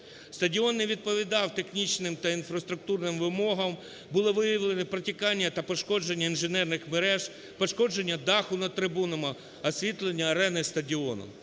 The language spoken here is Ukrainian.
Стадіон не відповідав технічним та інфраструктурним вимогам, було виявлено протікання та пошкодження інженерних мереж, пошкодження даху над трибунами, освітлення арени стадіону.